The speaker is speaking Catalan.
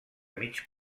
mig